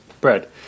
bread